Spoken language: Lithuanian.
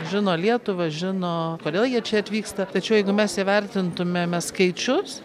žino lietuvą žino kodėl jie čia atvyksta tačiau jeigu mes įvertintumėme skaičius